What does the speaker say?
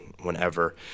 whenever